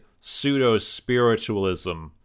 pseudo-spiritualism